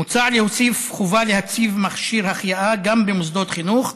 מוצע להוסיף חובה להציב מכשיר החייאה גם במוסדות חינוך,